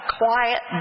quiet